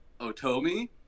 Otomi